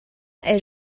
est